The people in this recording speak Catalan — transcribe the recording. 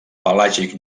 pelàgic